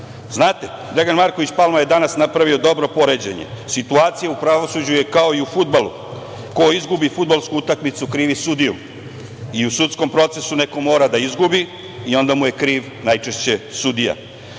Znate, Dragan Marković Palma je danas napravio dobro poređenje - situacija u pravosuđu je kao i u fudbalu, ko izgubi fudbalsku utakmicu krivi sudiju. I u sudskom procesu neko mora da izgubi i onda mu je kriv najčešće sudija.